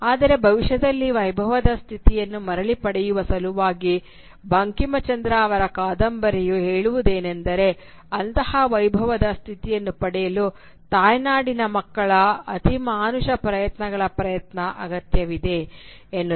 ಆದರೆ ಭವಿಷ್ಯದಲ್ಲಿ ವೈಭವದ ಸ್ಥಿತಿಯನ್ನು ಮರಳಿ ಪಡೆಯುವ ಸಲುವಾಗಿ ಬಂಕಿಂಚಂದ್ರ ಅವರ ಕಾದಂಬರಿಯು ಹೇಳುವುದೇನೆಂದರೆ ಅಂತಹ ವೈಭವದ ಸ್ಥಿತಿಯನ್ನು ಪಡೆಯಲು ತಾಯ್ನಾಡಿನ ಮಕ್ಕಳ ಅತಿಮಾನುಷ ಪ್ರಯತ್ನಗಳ ಪ್ರಯತ್ನ ಅಗತ್ಯವಿದೆ ಎನ್ನುತ್ತದೆ